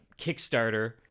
Kickstarter